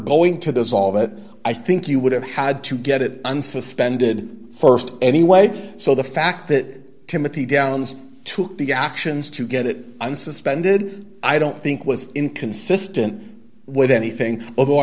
going to those all that i think you would have had to get it unsuspended st anyway so the fact that timothy downes took the actions to get it unsuspended i don't think was inconsistent with anything although